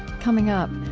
coming up,